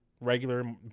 regular